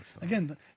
Again